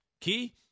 Key